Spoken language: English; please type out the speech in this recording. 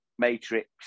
Matrix